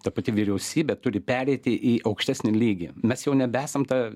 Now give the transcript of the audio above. ta pati vyriausybė turi pereiti į aukštesnį lygį mes jau nebesam ta